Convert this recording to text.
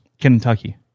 Kentucky